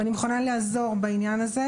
ואני מוכנה לעזור בעניין הזה,